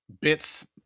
bits